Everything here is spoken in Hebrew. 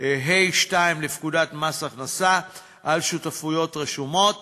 חלק ה'2 לפקודת מס הכנסה על שותפויות רשומות